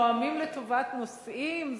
נואמים לטובת נושאים.